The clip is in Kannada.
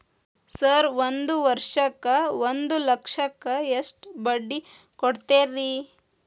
ಸರ್ ಒಂದು ವರ್ಷಕ್ಕ ಒಂದು ಲಕ್ಷಕ್ಕ ಎಷ್ಟು ಬಡ್ಡಿ ಕೊಡ್ತೇರಿ?